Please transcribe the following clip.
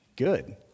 good